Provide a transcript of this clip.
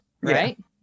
right